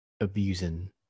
abusing